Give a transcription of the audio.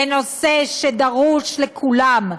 זה נושא שדרוש לכולם.